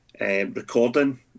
recording